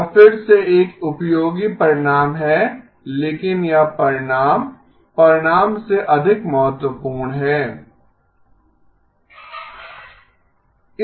यह फिर से एक उपयोगी परिणाम है लेकिन यह परिणाम परिणाम से अधिक महत्वपूर्ण है